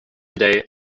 today